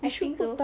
I think so